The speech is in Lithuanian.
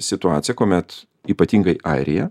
situacija kuomet ypatingai airija